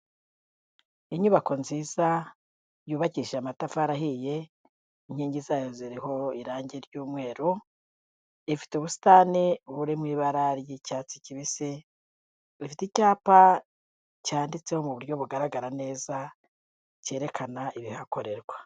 Inyubako nziza yubakishije amatafari ahiye, inkingi zayo ziriho irangi ry'umweru, ifite ubusitani buri mu ibara ry'icyatsi kibisi, ifite icyapa cyanditseho mu buryo bugaragara neza cyerekana ibihakorerwa.